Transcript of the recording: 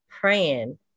Praying